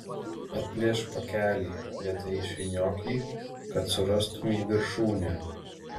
atplėšk pakelį lėtai išvyniok jį kad surastumei viršūnę